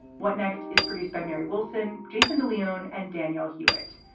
what next is produced by mary wilson, jason de leon and daniel hewitt.